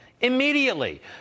immediately